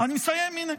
אני מסיים, הינה.